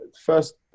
first